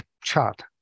chart